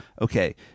okay